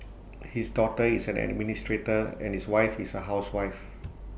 his daughter is an administrator and his wife is A housewife